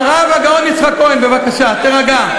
הרב הגאון יצחק כהן, בבקשה, תירגע.